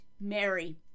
Mary